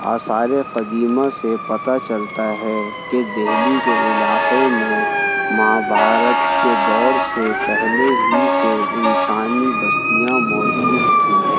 آثار قدیمہ سے پتہ چلتا ہے کہ دلی کے علاقے میں مہابھارت کے دور سے پہلے ہی سے انسانی بستیاں موجود تھیں